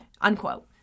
Unquote